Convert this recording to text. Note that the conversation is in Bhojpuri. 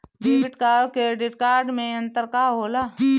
डेबिट और क्रेडिट कार्ड मे अंतर का होला?